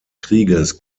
krieges